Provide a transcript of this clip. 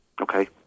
Okay